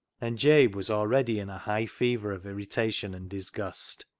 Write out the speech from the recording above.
and jabe was already in a high fever of irritation and disgust.